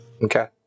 Okay